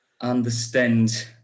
understand